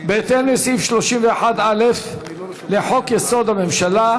בהתאם לסעיף 31(א) לחוק-יסוד: הממשלה,